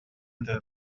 entre